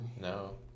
No